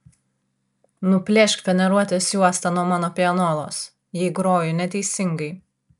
nuplėšk faneruotės juostą nuo mano pianolos jei groju neteisingai